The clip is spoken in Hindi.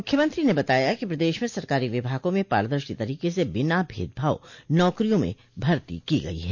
मुख्यमंत्री ने बताया कि प्रदेश में सरकारी विभागों में पारदर्शी तरीके से बिना भेदभाव नौकरियों में भर्ती की गई है